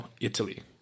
Italy